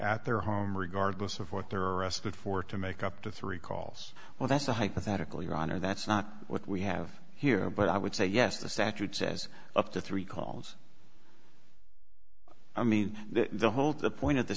at their home regardless of what they're arrested for to make up to three calls well that's a hypothetical your honor that's not what we have here but i would say yes the statute says up to three calls i mean the whole